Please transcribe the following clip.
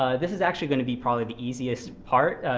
this is actually going to be probably the easiest part.